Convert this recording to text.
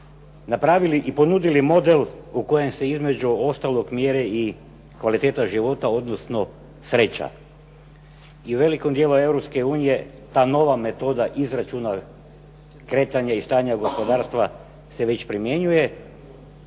napravili i ponudili model u kojem se između ostalog mjere i kvaliteta života, odnosno sreća. I velikom dijelu Europske unije ta nova metoda izračuna kretanja i stanja gospodarstva se već primjenjuje.